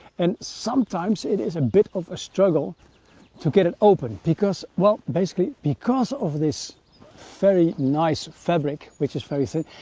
and sometimes it is a bit of a struggle to get it open because well, basically, because of this very nice fabric, which is very thin,